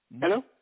Hello